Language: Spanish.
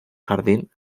jardín